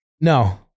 No